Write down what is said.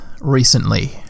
recently